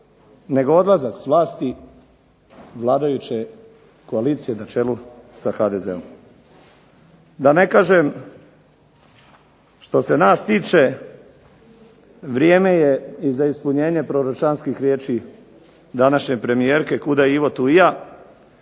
nego odlazak s vlasti vladajuće koalicije na čelu sa HDZ-om. Da ne kažem, što se nas tiče vrijeme je i za ispunjenje proročanskih riječi današnje premijerke "kuda Ivo tu i ja",